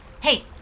Hey